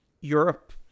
Europe